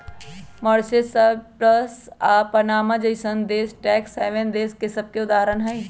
Mauritius, Cyprus आऽ Panama जइसन्न देश टैक्स हैवन देश सभके उदाहरण हइ